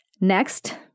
Next